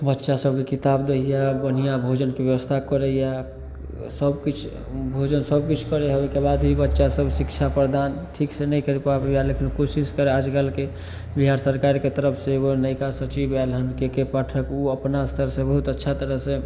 बच्चासभकेँ किताब दैए बढ़िआँ भोजनके बेबस्था करैए सबकिछ भोजन सबकिछु करै हइ ओहिके बाद भी बच्चासभ शिक्षा प्रदान ठीक से नहि करि पाबैए लेकिन कोशिश कर आजकलके बिहार सरकारके तरफ से एगो नवका सचिव आएल हँ के के पाठक ओ अपना अस्तरसे बहुत अच्छा तरहसे